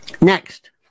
Next